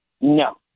No